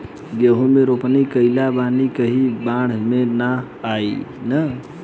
गेहूं के रोपनी कईले बानी कहीं बाढ़ त ना आई ना?